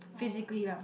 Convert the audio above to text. physically lah